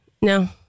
No